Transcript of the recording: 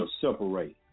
separate